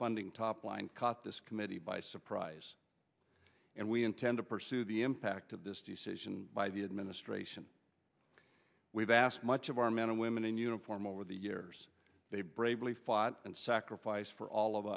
funding top line caught this committee by surprise and we intend to pursue the impact of this decision by the administration we've asked much of our men and women in uniform over the years they bravely fought and sacrificed for all of